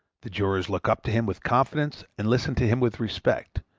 the jurors look up to him with confidence and listen to him with respect,